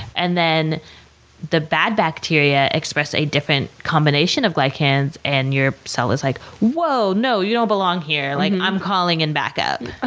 and then the bad bacteria express a different combination of glycans, and your cell is like, whoa, no, you don't belong here. like i'm calling in back up.